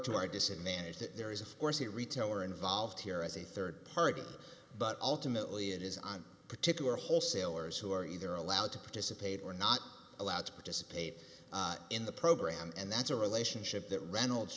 our disadvantage that there is of course a retailer involved here as a third party but ultimately it is on particular wholesalers who are either allowed to participate or not allowed to participate in the program and that's a relationship that reynolds